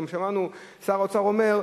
גם שמענו את שר האוצר אומר: